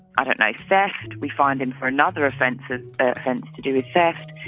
i don't know, theft. we find him for another offense ah offense to do with theft,